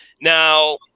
Now